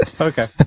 Okay